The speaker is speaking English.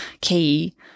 key